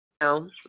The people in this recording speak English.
No